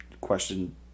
question